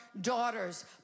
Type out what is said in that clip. daughters